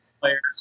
players